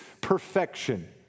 perfection